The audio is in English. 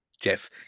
Jeff